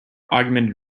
augmented